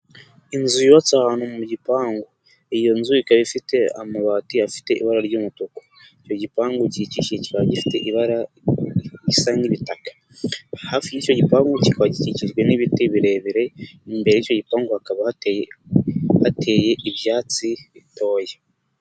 Inzu yubatsa abantu mu gipangu iyo nzu ikaba ifite amabati afite ibara ry'umutuku icyo gipangu gikikije kikaba gifite ibara isa n'ibitaka hafi y'icyo gipangu kikaba gikikijwe n'ibiti birebire imbere y'icyo gipangu hakaba hateye hateye ibyatsi bitoya.